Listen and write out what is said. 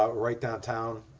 ah right downtown,